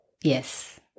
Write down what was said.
Yes